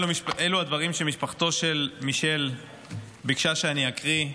אלה הדברים שמשפחתו של מישל ביקשה שאקריא.